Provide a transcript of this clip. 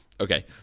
Okay